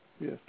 Yes